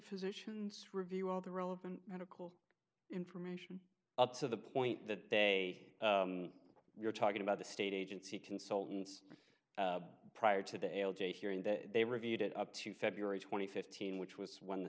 physicians review all the relevant medical information up to the point that they were talking about the state agency consultants prior to the l g hearing that they reviewed it up to february twenty fifth in which was when the